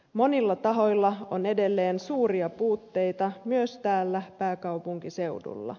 monilla tahoilla on edelleen suuria puutteita myös täällä pääkaupunkiseudulla